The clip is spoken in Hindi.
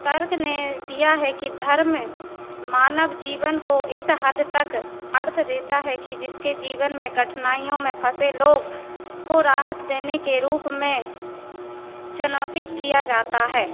तर्क ने दिया है कि धर्म मानव जीवन को इस हद तक अर्थ देता है कि जिसके जीवन में कठिनाईयों में फँसे लोग को राहत देने के रूप में चुनौती किया जाता है